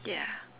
ya